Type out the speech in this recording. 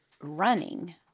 running